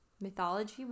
mythology